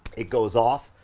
it goes off,